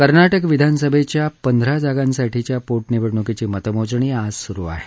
कर्नाटक विधानसभेच्या पंधरा जागांसाठीच्या पोटनिवडणूकीची मतमोजणीआज सुरु आहे